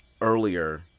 earlier